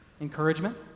Encouragement